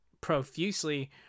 profusely